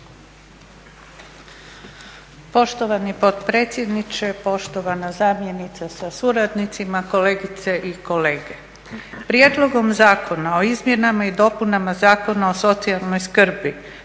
Poštovani potpredsjedniče, poštovana zamjenice sa suradnicima, kolegice i kolege. Prijedlogom zakona o izmjenama i dopunama Zakona o socijalnoj skrbi,